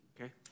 Okay